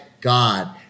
God